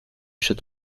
should